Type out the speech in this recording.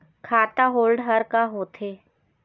खाता होल्ड हर का होथे?